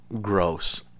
gross